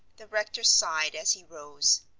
the rector sighed as he rose.